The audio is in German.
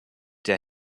der